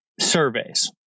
surveys